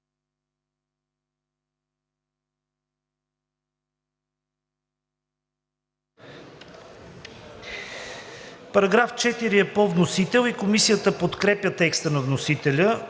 Параграф 4 – по вносител. Комисията подкрепя текста на вносителя